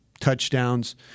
touchdowns